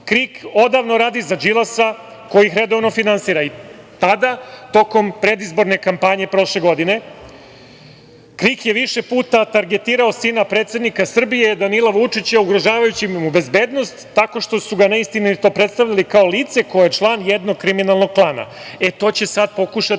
KRIK odavno radi za Đilasa, koji ih redovno finansira. Tada, tokom predizborne kampanje, prošle godine, KRIK je više puta targetirao sina predsednika Srbije Danila Vučića, ugrožavajući mu bezbednost, tako što su ga neistinito predstavljali, kao lice koje je član jednog kriminalnog klana.E, to će sada pokušati